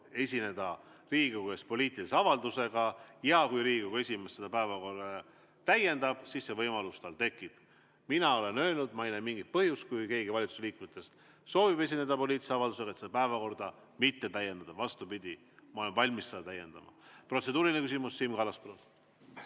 esineda Riigikogu ees poliitilise avaldusega ja kui Riigikogu esimees sellega päevakorda täiendab, siis see võimalus tal tekib. Mina olen öelnud, et ma ei näe mingit põhjust, kui keegi valitsuse liikmetest soovib esineda poliitilise avaldusega, päevakorda mitte täiendada. Vastupidi, ma olen valmis seda täiendama. Protseduuriline küsimus, Siim Kallas,